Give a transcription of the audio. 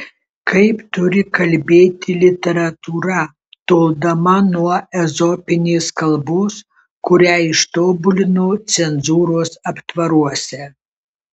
kaip turi kalbėti literatūra toldama nuo ezopinės kalbos kurią ištobulino cenzūros aptvaruose